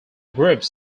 groups